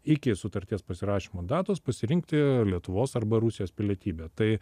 iki sutarties pasirašymo datos pasirinkti lietuvos arba rusijos pilietybę tai